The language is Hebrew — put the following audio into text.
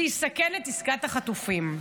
זה יסכן את עסקת החטופים,